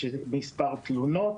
יש מספר תלונות